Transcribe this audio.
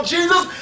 Jesus